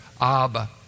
Abba